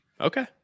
Okay